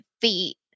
feet